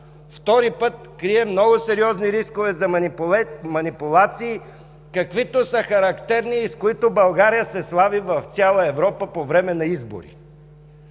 втори път – крие много сериозни рискове за манипулации, каквито са характерни и с които България се слави в цяла Европа по време на избори.